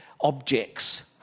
objects